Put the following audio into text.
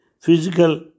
physical